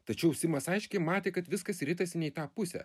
tačiau simas aiškiai matė kad viskas ritasi ne į tą pusę